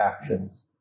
actions